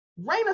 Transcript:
Raina